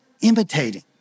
imitating